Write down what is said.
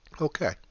Okay